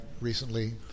recently